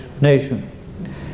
nation